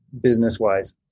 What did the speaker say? business-wise